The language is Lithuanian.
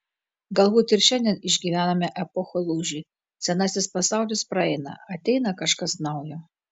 galbūt ir šiandien išgyvename epochų lūžį senasis pasaulis praeina ateina kažkas naujo